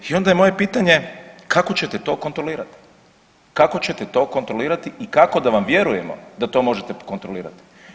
I onda je moje pitanje kako ćete to kontrolirati, kako ćete to kontrolirati i kako da vam vjerujemo da to možete kontrolirati?